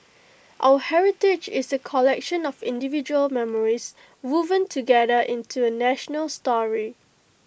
our heritage is A collection of individual memories woven together into A national story